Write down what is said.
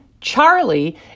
Charlie